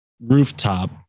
rooftop